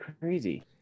Crazy